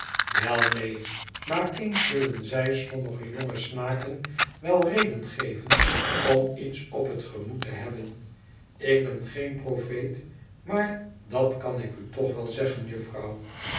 wel neen maar eens zullen zij sommige jonge snaken wel reden geven om iets op het gemoed te hebben ik ben geen profeet maar dat kan ik u toch wel zeggen jufvrouw